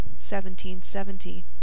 1770